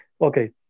Okay